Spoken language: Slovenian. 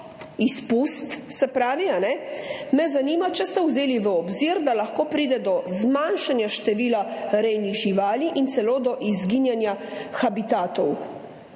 pašo, se pravi izpust, me zanima: Ali ste vzeli v obzir, da lahko pride do zmanjšanja števila rejnih živali in celo do izginjanja habitatov?